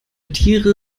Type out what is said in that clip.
tiere